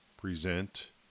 present